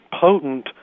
potent